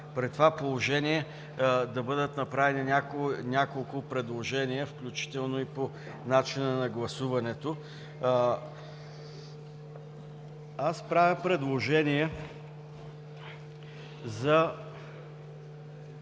при това положение да бъдат направени няколко предложения, включително и по начина на гласуването. Правя предложение за